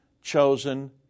chosen